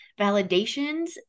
validations